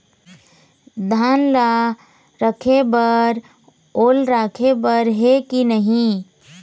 धान ला रखे बर ओल राखे बर हे कि नई?